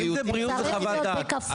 אם זה בריאות זה חוות דעת,